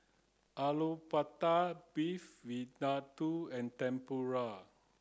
Alu Beef Vindaloo and Tempura